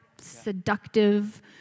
seductive